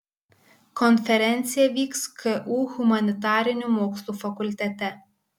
konferencija vyks ku humanitarinių mokslų fakultete